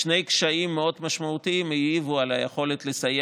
שני קשיים מאוד משמעותיים העיבו על היכולת לסיים